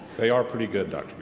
they are pretty good, dr.